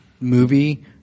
movie